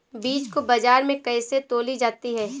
बीज को बाजार में कैसे तौली जाती है?